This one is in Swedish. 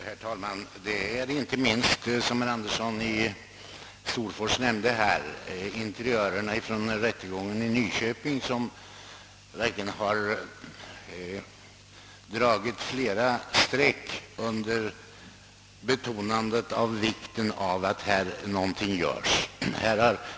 Herr talman! Det är inte minst, som herr Andersson i Storfors nämnde, interiörerna från rättegången i Nyköping som har dragit flera streck under vikten av att någonting göres.